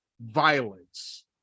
violence